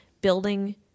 building